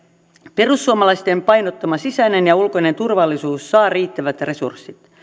perussuomalaisten painottama sisäinen ja ulkoinen turvallisuus saa riittävät resurssit